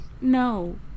No